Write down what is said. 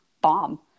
bomb